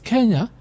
Kenya